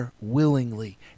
willingly